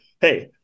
hey